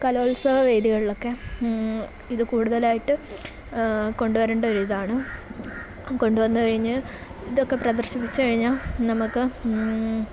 കലോത്സവ വേദികളൊക്കെ ഇതു കൂടുതലായിട്ട് കൊണ്ടുരണ്ട ഒരിതാണ് കൊണ്ടെന്നു കഴിഞ്ഞ് ഇതൊക്കെ പ്രദർശിപ്പിച്ചു കഴിഞ്ഞ നമുക്ക്